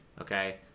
okay